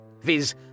Viz